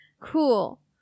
Cool